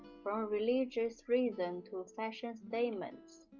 from religious reasons to ah fashion statements,